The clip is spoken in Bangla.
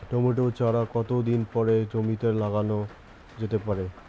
টমেটো চারা কতো দিন পরে জমিতে লাগানো যেতে পারে?